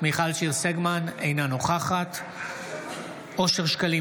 אינה נוכחת אושר שקלים,